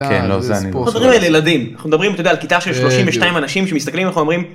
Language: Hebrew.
אנחנו מדברים על ילדים אנחנו מדברים על כיתה של 32 אנשים שמסתכלים אנחנו אומרים.